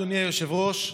אדוני היושב-ראש,